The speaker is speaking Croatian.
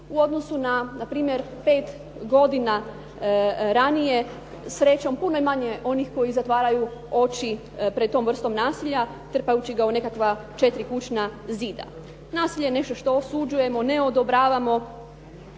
u odnosu na npr. 5 godina ranije srećom puno je manje onih koji zatvaraju oči pred tom vrstom nasilja trpajući ga u nekakva četiri kućna zida. Nasilje je nešto što osuđujemo, ne odobravamo